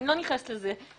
אני לא נכנסת לזה.